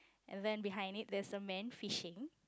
and then behind it there is a man fishing